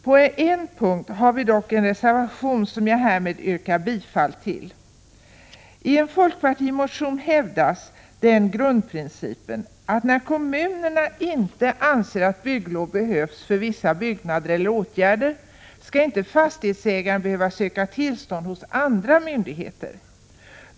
På en punkt har vi dock en reservation, som jag härmed yrkar bifall till. I en folkpartimotion hävdas grundprincipen att när kommunerna inte anser att bygglov behövs för vissa byggnader eller åtgärder skall fastighetsägaren inte behöva söka tillstånd hos andra myndigheter.